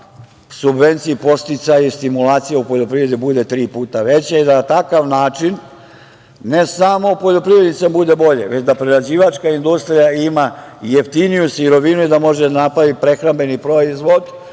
subvencije, podsticaje i stimulacije u poljoprivredi bude tri puta veće i da na takav način ne samo poljoprivrednicima bude bolje, već da prerađivačka industrija ima jeftiniju sirovinu i da može da napravi prehrambeni proizvod